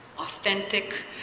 authentic